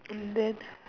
and then